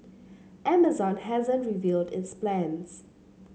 Amazon hasn't revealed its plans